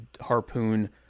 harpoon